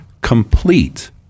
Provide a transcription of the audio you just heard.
complete